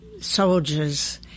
soldiers